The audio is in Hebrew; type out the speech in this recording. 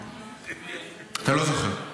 אתה לא זוכר.